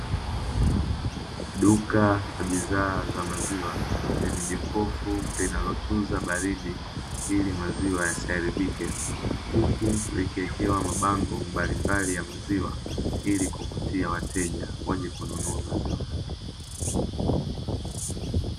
Duka la bidhaa za maziwa, lenye jokofu linalotunza baridi ili maziwa yasiharibike, huku likiwekewa mabango mbalimbali ya maziwa ili kuvutia wateja waje kununua maziwa hayo.